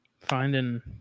Finding